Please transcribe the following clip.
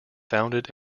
founded